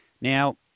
Now